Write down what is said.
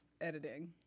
editing